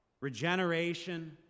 Regeneration